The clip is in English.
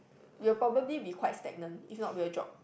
you will probably be quite stagnant if not will drop